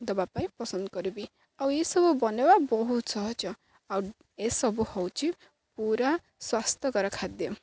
ଦେବା ପାଇଁ ପସନ୍ଦ କରିବି ଆଉ ଏସବୁ ବନାଇବା ବହୁତ ସହଜ ଆଉ ଏସବୁ ହେଉଛି ପୁରା ସ୍ୱାସ୍ଥ୍ୟକର ଖାଦ୍ୟ